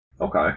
Okay